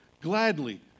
gladly